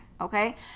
Okay